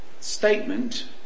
statement